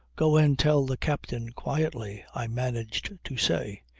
go and tell the captain quietly, i managed to say.